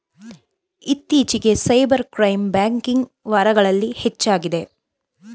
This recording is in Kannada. ಇತ್ತೀಚಿಗೆ ಸೈಬರ್ ಕ್ರೈಮ್ ಬ್ಯಾಂಕಿಂಗ್ ವಾರಗಳಲ್ಲಿ ಹೆಚ್ಚಾಗಿದೆ